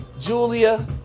Julia